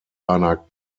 einer